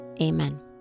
Amen